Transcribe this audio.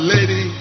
Lady